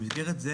במסגרת זו,